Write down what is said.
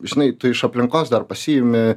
žinai tu iš aplinkos dar pasiimi